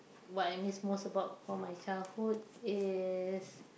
what I missed most about for my childhood is